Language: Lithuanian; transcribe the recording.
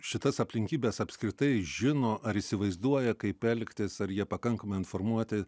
šitas aplinkybes apskritai žino ar įsivaizduoja kaip elgtis ar jie pakankamai informuoti